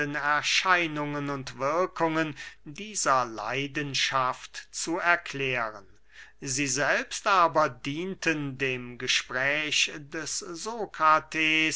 erscheinungen und wirkungen dieser leidenschaft zu erklären sie selbst aber dienten dem gespräch des